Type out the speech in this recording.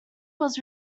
was